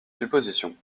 suppositions